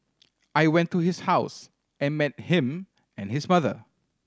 I went to his house and met him and his mother